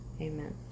amen